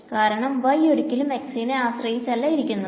കാരണം y ഒരിക്കലും x നെ ആശ്രയിച്ചല്ല ഇരിക്കുനത്